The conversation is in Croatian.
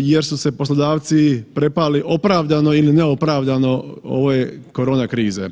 jer su se poslodavci prepali opravdano ili neopravdano ove korona krize.